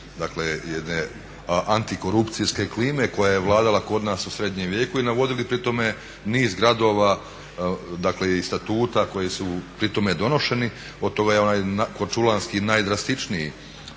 jedne antikorupcijske klime koja je vladala kod nas u srednjem vijeku i navodili pri tome niz gradova i statuta koji su pri tome donošeni. Od toga je onaj korčulanski najdrastičniji.